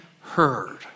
heard